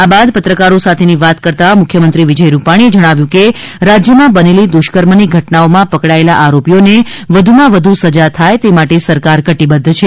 આ બાદ ત્રકારોની સાથે વાત કરતાં મુખ્યમંત્રી વિજય રૂ ાણીએ જણાવ્યું છે કે રાજ્યમાં બનેલી દુષ્કર્મની ઘટનાઓમાં કડાયેલા આરો ીઓને વધુમાં વધુ સજા થાય તે માટે સરકાર કટિબદ્ધ છે